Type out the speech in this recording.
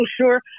sure